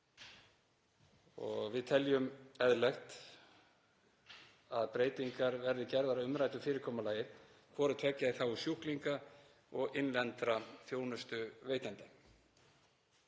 Við teljum eðlilegt að breytingar verði gerðar á umræddu fyrirkomulagi, hvort tveggja í þágu sjúklinga og innlendra þjónustuveitenda.